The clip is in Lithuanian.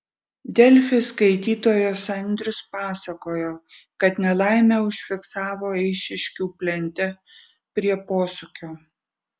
delfi skaitytojas andrius pasakojo kad nelaimę užfiksavo eišiškių plente prie posūkio